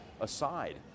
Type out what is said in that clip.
aside